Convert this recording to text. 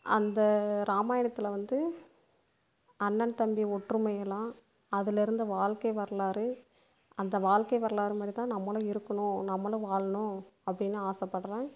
அந்த இராமாயணத்தில் வந்து அண்ணன் தம்பி ஒற்றுமையெல்லாம் அதிலேருந்த வாழ்க்கை வரலாறு அந்த வாழ்க்கை வரலாறு மாதிரிதான் நம்மளும் இருக்கணும் நம்மளும் வாழனும் அப்படினு ஆசைப்படுறேன்